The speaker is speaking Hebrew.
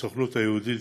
מהסוכנות היהודית.